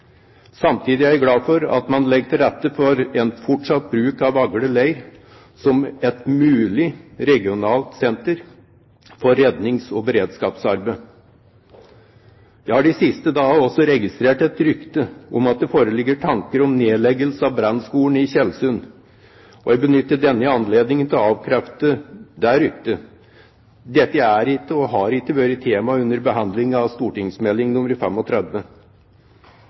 Samtidig er jeg glad for at man legger til rette for en fortsatt bruk av Vagle leir som et mulig regionalt senter for rednings- og beredskapsarbeid. Jeg har de siste dagene også registrert et rykte om at det foreligger tanker om nedleggelse av Brannskolen i Tjeldsund. Jeg benytter denne anledningen til å avkrefte det ryktet. Dette er ikke, og har ikke, vært tema under behandlingen av